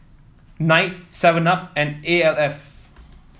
knight Seven Up and A L F